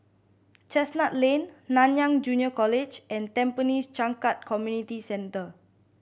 Chestnut Lane Nanyang Junior College and Tampines Changkat Community Centre